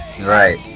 Right